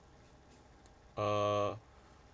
err